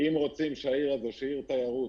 אם רוצים שהעיר הזאת, שהיא עיר תיירות,